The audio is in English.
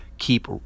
keep